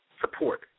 support